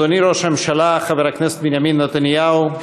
אדוני ראש הממשלה חבר הכנסת בנימין נתניהו,